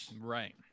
right